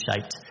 shaped